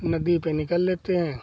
नदी पर निकल लेते हैं